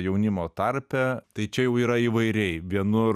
jaunimo tarpe tai čia jau yra įvairiai vienur